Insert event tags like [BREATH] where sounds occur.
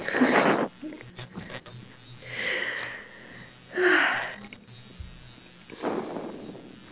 [LAUGHS] [BREATH]